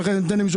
גם דובי ישב